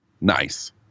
Nice